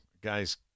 guys